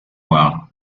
noires